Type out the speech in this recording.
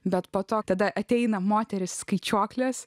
bet po to kada ateina moterys skaičiuoklės